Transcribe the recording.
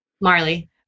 Marley